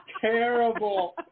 terrible